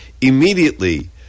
Immediately